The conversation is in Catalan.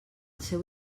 seu